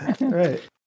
right